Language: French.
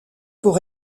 pour